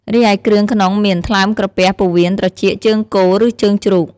រីឯគ្រឿងក្នុងមាន ថ្លើម ក្រពះ ពោះវៀន ត្រចៀក ជើងគោ ឬជើងជ្រូក។